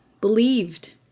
believed